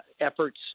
efforts